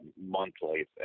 monthly